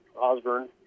Osborne